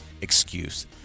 Excuse